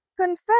confess